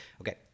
okay